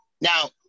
Now